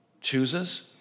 chooses